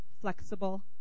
flexible